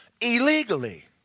illegally